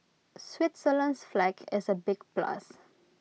Switzerland's flag is A big plus